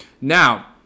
Now